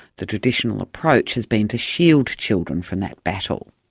the traditional approach has been to shield children from that battle.